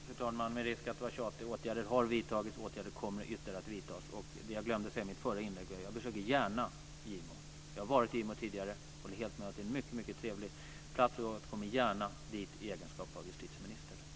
Fru talman! Med risk för att vara tjatig: Åtgärder har vidtagits, ytterligare åtgärder kommer att vidtas. Jag glömde att säga i mitt förra inlägg att jag gärna besöker Gimo. Jag har varit i Gimo tidigare. Det är helt riktigt att det är en mycket trevlig plats. Jag kommer gärna dit i egenskap av justitieminister.